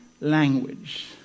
language